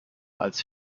als